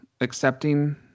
accepting